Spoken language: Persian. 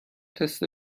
تست